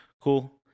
cool